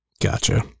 Gotcha